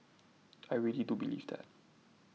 I really do believe that